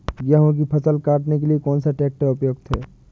गेहूँ की फसल काटने के लिए कौन सा ट्रैक्टर उपयुक्त है?